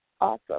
awesome